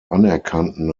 anerkannten